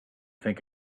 think